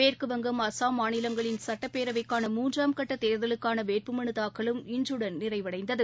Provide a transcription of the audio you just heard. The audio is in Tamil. மேற்குவங்கம் மாநிலங்களின் சட்டப்பேரவைக்கான அஸ்ஸாம் மூன்றாம் கட்டதேர்தலுக்கானவேட்புமனுதாக்கலும் இன்றுடன் நிறைவடைந்தது